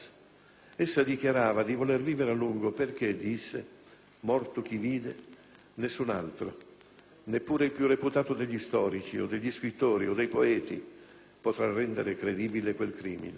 essa dichiarava di voler vivere a lungo perché, disse, morto chi vide, nessun altro, neppure il più reputato degli storici, o degli scrittori, o dei poeti, potrà rendere credibile quel crimine.